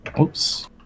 Oops